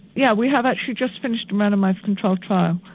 yeah, we have actually just finished a randomised control trial.